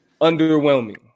underwhelming